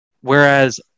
Whereas